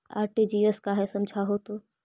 RTGS का है समझाहू तो?